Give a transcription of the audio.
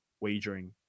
wagering